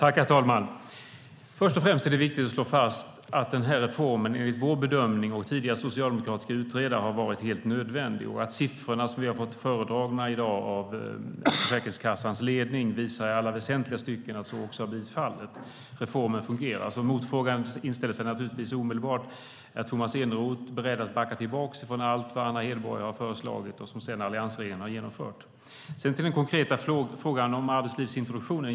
Herr talman! Först och främst är det viktigt att slå fast att den här reformen, enligt vår bedömning och tidigare socialdemokratiska utredare, har varit helt nödvändig och att siffrorna som vi har fått föredragna i dag av Försäkringskassans ledning i alla väsentliga stycken visar att reformen fungerar. Motfrågan inställer sig naturligtvis omedelbart: Är Tomas Eneroth beredd att backa tillbaka från allt vad Anna Hedborg har föreslagit och som sedan alliansregeringen har genomfört? Så till den konkreta frågan om arbetslivsintroduktionen.